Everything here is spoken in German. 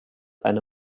eine